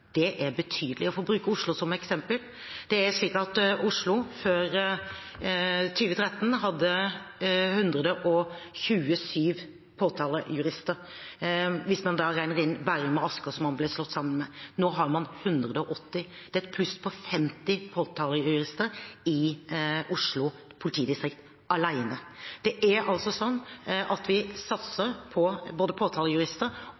Det er betydelig. Og for å bruke Oslo som eksempel: Oslo hadde før 2013 127 påtalejurister hvis man regner inn Bærum og Asker, som man ble slått sammen med. Nå har man 180. Det er et pluss på ca. 50 påtalejurister i Oslo politidistrikt alene. Det er altså sånn at vi